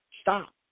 Stop